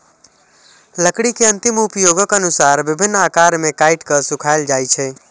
लकड़ी के अंतिम उपयोगक अनुसार विभिन्न आकार मे काटि के सुखाएल जाइ छै